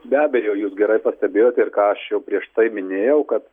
be abejo jūs gerai pastebėjot ir ką aš jau prieš tai minėjau kad